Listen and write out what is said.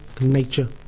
nature